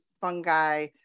fungi